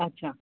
अच्छा